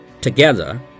Together